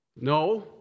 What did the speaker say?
no